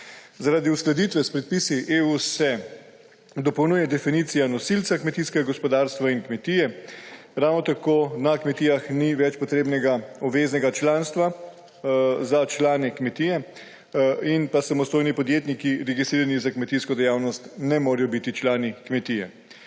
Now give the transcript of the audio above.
Zaradi uskladitve s predpisi EU se dopolnjuje definicija nosilca kmetijskega gospodarstva in kmetije. Ravno tako na kmetijah ni več potrebnega obveznega članstva za člane kmetije. Samostojni podjetniki, registrirani za kmetijsko dejavnost, ne morejo biti člani kmetije.